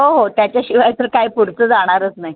हो हो त्याच्याशिवाय तर काय पुढचं जाणारच नाही